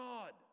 God